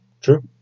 true